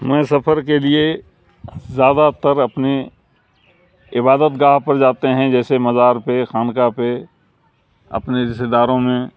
میں سفر کے لیے زیادہ تر اپنے عبادت گاہ پر جاتے ہیں جیسے مزار پہ خانقاہ پہ اپنے رشتہ داروں میں